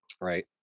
right